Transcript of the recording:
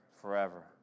forever